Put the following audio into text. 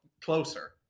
Closer